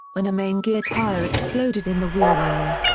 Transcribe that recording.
when a main gear tire exploded in the wheel well.